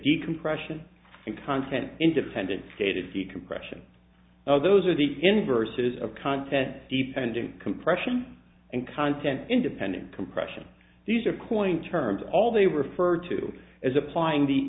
decompression and content independent stated fee compression those are the inverses of content dependent compression and content independent compression these are coin terms all they refer to as applying the